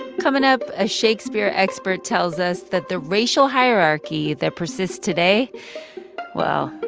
coming up, a shakespeare expert tells us that the racial hierarchy that persists today well,